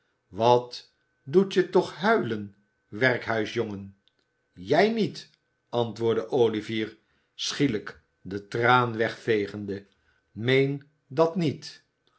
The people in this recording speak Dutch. wat doet je toch huilen werkhuisjongen j ij niet antwoordde olivier schielijk den traan wegvegende meen dat niet